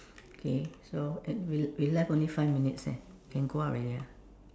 okay so end we we left only five minutes eh can go out already ah